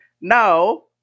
No